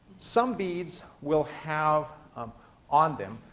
some beads will have on them,